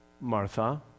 Martha